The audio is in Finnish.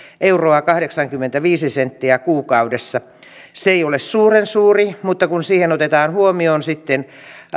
euroa kahdeksankymmentäviisi senttiä kuukaudessa se ei ole suurensuuri mutta kun siihen otetaan huomioon sitten